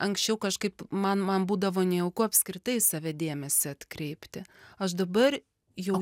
anksčiau kažkaip man man būdavo nejauku apskritai į save dėmesį atkreipti aš dabar jau